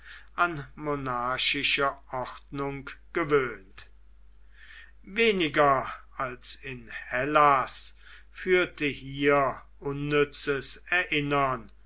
an monarchische ordnung gewöhnt weniger als in hellas führte hier unnützes erinnern